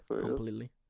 completely